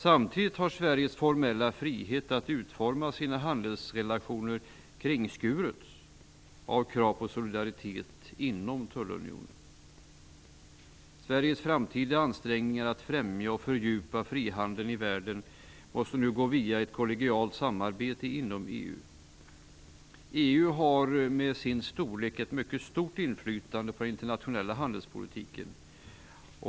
Samtidigt har Sveriges formella frihet att utforma sina handelsrelationer kringskurits av krav på solidaritet inom tullunionen. Sveriges framtida ansträngningar att främja och fördjupa frihandeln i världen måste nu gå via ett kollegialt samarbete inom EU. EU har med sin storlek ett mycket stort inflytande på den internationella handelspolitiken.